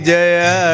Jaya